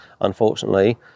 unfortunately